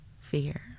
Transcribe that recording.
fear